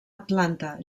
atlanta